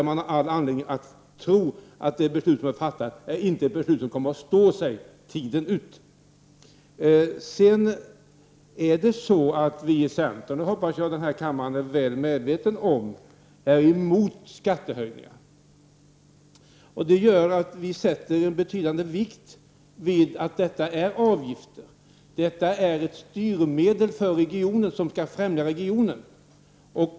Och man har all anledning att tro att det beslut man fattat inte kommer att stå sig tiden ut. Sedan är det så att vi i centern, och det hoppas jag att kammaren är väl medveten om, är emot skattehöjningar. Det gör att vi lägger betydande vikt vid att detta är avgifter, ett styrmedel som skall främja regionen.